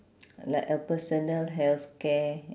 like a personal healthcare